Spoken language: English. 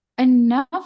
Enough